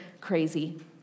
crazy